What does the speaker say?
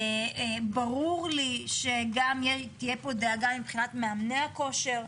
ברור לי שגם תהיה פה דאגה מבחינת מאמני הכושר,